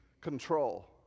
control